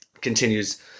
continues